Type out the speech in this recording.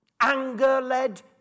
anger-led